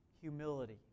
humility